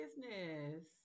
business